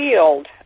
field